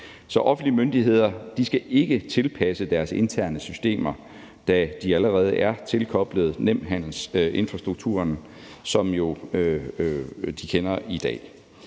offentlige myndigheder skal ikke tilpasse deres interne systemer, da de allerede er tilkoblet Nemhandelsinfrastrukturen, som de kender i dag.